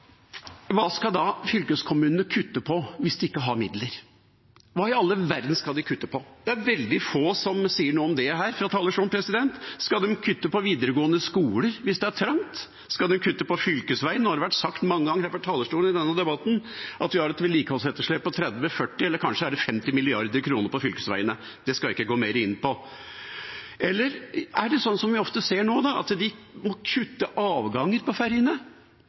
Hva skal da fylkeskommunene kutte på hvis de ikke har midler? Hva i all verden skal de kutte på? Det er veldig få som sier noe om det her fra talerstolen. Skal de kutte på videregående skoler hvis det er trangt? Skal de kutte på fylkesveier? Nå har det vært sagt mange ganger her fra talerstolen i denne debatten at vi har et vedlikeholdsetterslep på 30–40 mrd. kr, eller kanskje er det 50 mrd. kr, på fylkesveiene, det skal jeg ikke gå mer inn på. Eller er det sånn som vi ofte ser nå, at de må kutte i avganger på ferjene,